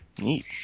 Neat